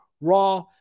Raw